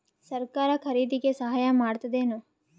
ಸರಕಾರ ಖರೀದಿಗೆ ಸಹಾಯ ಮಾಡ್ತದೇನು?